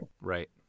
Right